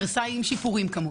ורסאי עם שיפורים כמובן.